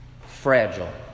fragile